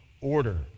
order